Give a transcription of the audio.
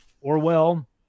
Orwell